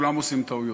כולם עושים טעויות.